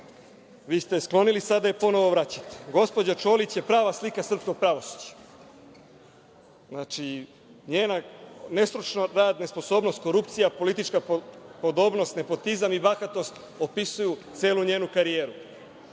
Vi ste je sklonili i sada je ponovo vraćate. Gospođa Čolić je prava slika srpskog pravosuđa. Njena nestručna sposobnost, korupcija, politička podobnost, nepotizam i bahatost opisuju celu njenu karijeru.U